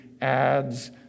adds